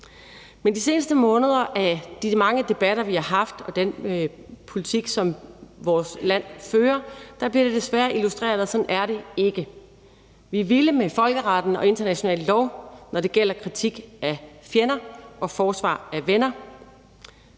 Men de seneste måneder er det med de mange debatter, vi har haft, og den politik, som vores land fører, desværre blevet illustreret, at sådan er det ikke. Vi er vilde med folkeretten og international lov, når det gælder kritik af fjender og forsvar af venner,